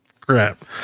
crap